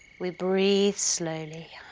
we breathe slowly.